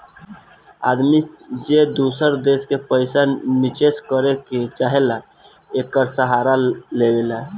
आदमी जे दूसर देश मे पइसा निचेस करे के चाहेला, एकर सहारा लेवला